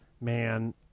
man